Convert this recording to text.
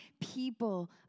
people